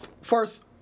first